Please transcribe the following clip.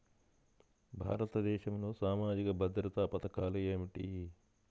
భారతదేశంలో సామాజిక భద్రతా పథకాలు ఏమిటీ?